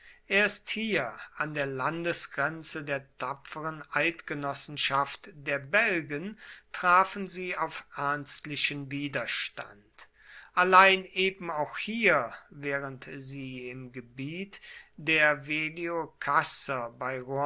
erst hier an der landesgrenze der tapferen eidgenossenschaft der belgen trafen sie auf ernstlichen widerstand allein eben auch hier während sie im gebiet der veliocasser